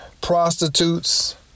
prostitutes